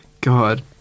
God